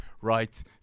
right